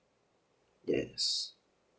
yes